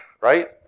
right